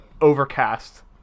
overcast